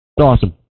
awesome